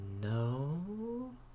no